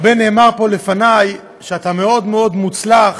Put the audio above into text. הרבה נאמר פה לפני, שאתה מאוד מאוד מוצלח,